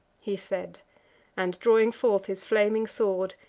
he said and, drawing forth his flaming sword,